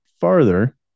farther